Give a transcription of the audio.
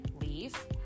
leave